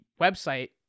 website